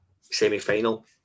semi-final